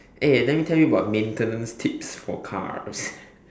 eh let me tell you about maintenance tips for cars